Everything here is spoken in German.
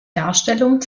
darstellung